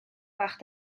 bach